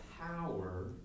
power